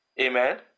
Amen